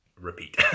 Repeat